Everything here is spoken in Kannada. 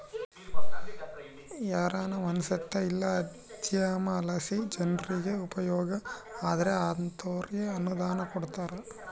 ಯಾರಾನ ಮನ್ಸೇತ ಇಲ್ಲ ಉದ್ಯಮಲಾಸಿ ಜನ್ರಿಗೆ ಉಪಯೋಗ ಆದ್ರ ಅಂತೋರ್ಗೆ ಅನುದಾನ ಕೊಡ್ತಾರ